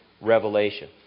revelation